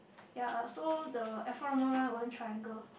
ya so the Alfa Romeo one triangle